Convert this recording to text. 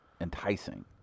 enticing